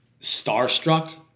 starstruck